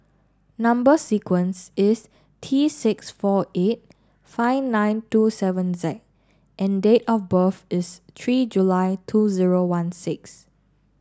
number sequence is T six four eight five nine two seven Z and date of birth is three July two zero one six